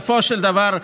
בסופו של דבר,